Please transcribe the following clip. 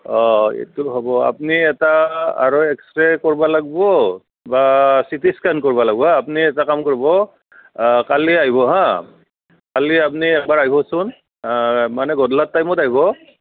অঁ এইটো হ'ব আপনি এটা আৰু এক্স ৰে' কৰিব লাগিব বা চিটি স্কেন কৰিব লাগিব হাঁ আপুনি এটা কাম কৰিব কালি আহিব হাঁ কালি আপুনি এবাৰ আহিবচোন মানে গধূলা টাইমত আহব